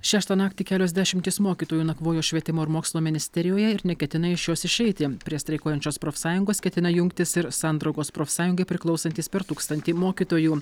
šeštą naktį kelios dešimtys mokytojų nakvojo švietimo ir mokslo ministerijoje ir neketina iš jos išeiti prie streikuojančios profsąjungos ketina jungtis ir sandraugos profsąjungai priklausantys per tūkstantį mokytojų